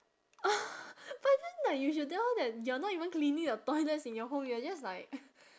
but then like you should tell her that you're not even cleaning the toilets in your home you're just like